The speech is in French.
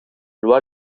loi